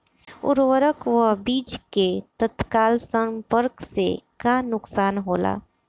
उर्वरक व बीज के तत्काल संपर्क से का नुकसान होला?